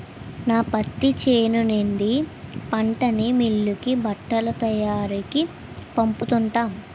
నా పత్తి చేను నుండి పంటని మిల్లుకి బట్టల తయారికీ పంపుతున్నాం